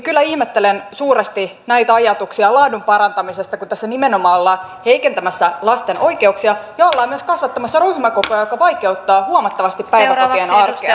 kyllä ihmettelen suuresti näitä ajatuksia laadun parantamisesta kun tässä nimenomaan ollaan heikentämässä lasten oikeuksia ja ollaan myös kasvattamassa ryhmäkokoja mikä vaikeuttaa huomattavasti päiväkotien arkea